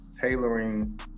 tailoring